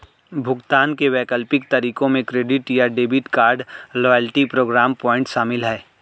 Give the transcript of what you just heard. भुगतान के वैकल्पिक तरीकों में क्रेडिट या debit card, loyalty program point शामिल है